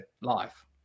life